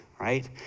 right